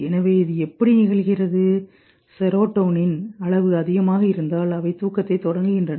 எனவே இது எப்படி நிகழ்கிறது செரோடோனின் அளவு அதிகமாக இருந்தால் அவை தூக்கத்தைத் தொடங்குகின்றன